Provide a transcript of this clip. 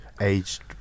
aged